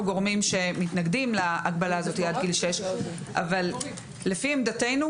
גורמים שמתנגדים להגבלה הזאת עד גיל שש לפי עמדתנו